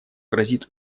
грозит